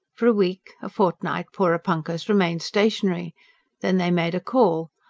for a week, a fortnight, porepunkahs remained stationary then they made a call,